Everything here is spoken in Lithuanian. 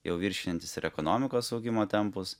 jau viršijantys ir ekonomikos augimo tempus